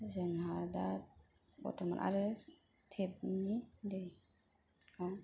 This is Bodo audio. जोंहा दा बर्थमान आरो तेपनि दैया